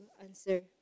answer